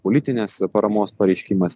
politinės paramos pareiškimas